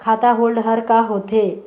खाता होल्ड हर का होथे?